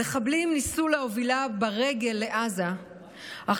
המחבלים ניסו להובילה ברגל לעזה אך